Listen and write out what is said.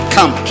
Come